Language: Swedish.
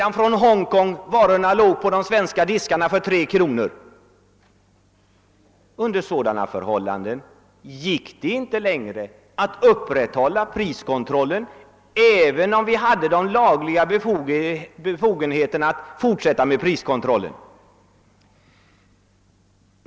Men samtidigt låg dessa textilvaror, tillverkade i Hongkong, på de svenska butiksdiskarna för 3 kronor. Då gick det ju inte längre att upprätthålla priskontrollen, trots att vi hade lagliga befogenheter att fortsätta kontrollen.